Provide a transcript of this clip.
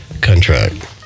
contract